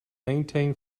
maintain